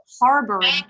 harboring